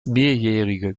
mehrjährige